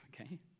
Okay